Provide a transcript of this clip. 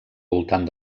voltant